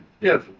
Yes